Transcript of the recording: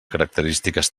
característiques